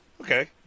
Okay